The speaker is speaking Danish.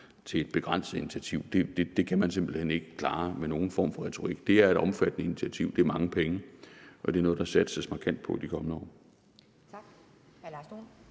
til et begrænset initiativ kan man simpelt hen ikke klare med nogen form for retorik. Det er et omfattende initiativ, det er mange penge, og det er noget, der satses markant på i de kommende år.